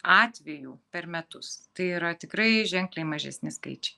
atvejų per metus tai yra tikrai ženkliai mažesni skaičiai